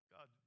God